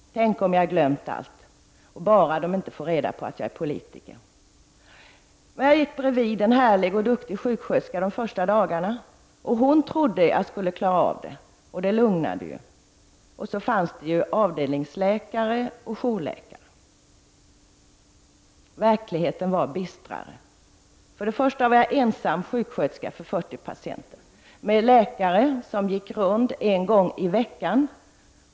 Tänk om jag glömt allt, och bara de inte får reda på att jag är politiker. Jag gick brevid en härlig och duktig sjuksköterska de första dagarna. Hon trodde att jag skulle klara av arbetet. Det kändes lugnare. Dessutom fanns det avdelningsläkare och jourläkare. Verkligheten var bistrare. Först och främst var jag ensam sjuksköterska för 40 patienter. Läkaren gick ronden en gång i veckan.